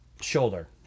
shoulder